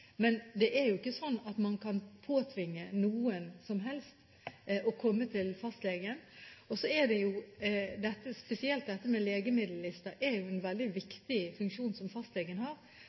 Men det er ikke sånn at man kan påtvinge noen som helst å komme til fastlegen. Når det gjelder spesielt legemiddellister, er det en veldig viktig funksjon som fastlegen har,